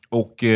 och